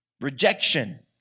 rejection